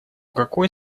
какой